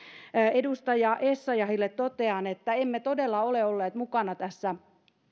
edustaja essayahille totean että emme todella ole olleet mukana tässä